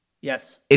Yes